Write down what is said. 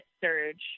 surge